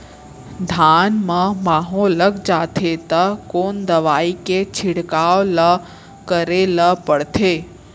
धान म माहो लग जाथे त कोन दवई के छिड़काव ल करे ल पड़थे?